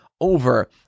over